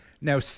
Now